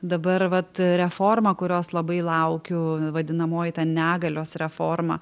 dabar vat reforma kurios labai laukiu vadinamoji tą negalios reforma